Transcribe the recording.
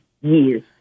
years